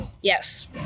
Yes